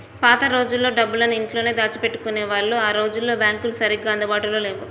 పాత రోజుల్లో డబ్బులన్నీ ఇంట్లోనే దాచిపెట్టుకునేవాళ్ళు ఆ రోజుల్లో బ్యాంకులు సరిగ్గా అందుబాటులో లేవు